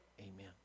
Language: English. Amen